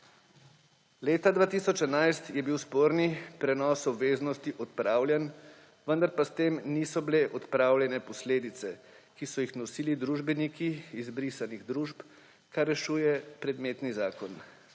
Leta 2011 je bil sporni prenos obveznosti odpravljen, vendar pa s tem niso bile odpravljene posledice, ki so jih nosili družbeniki izbrisanih družb, kar rešuje predmetni zakon.